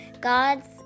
God's